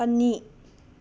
ꯑꯅꯤ